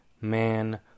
Man